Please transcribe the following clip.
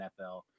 NFL